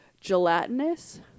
gelatinous